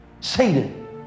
Satan